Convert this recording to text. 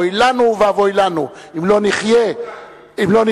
אוי לנו ואבוי לנו אם לא נחיה במדינה,